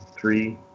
three